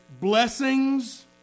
blessings